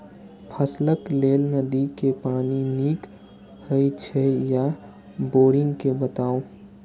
फसलक लेल नदी के पानी नीक हे छै या बोरिंग के बताऊ?